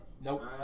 Nope